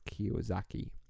Kiyosaki